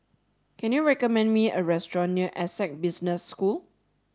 can you recommend me a restaurant near Essec Business School